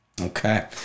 Okay